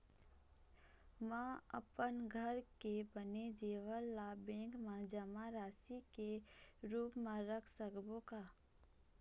म अपन घर के बने जेवर ला बैंक म जमा राशि के रूप म रख सकबो का?